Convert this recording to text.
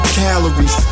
calories